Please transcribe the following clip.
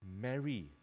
Mary